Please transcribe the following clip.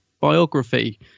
biography